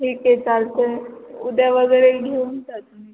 ठीक आहे चालते उद्या वगैरे घेऊन जा तुम्ही